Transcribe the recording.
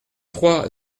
trois